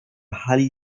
hali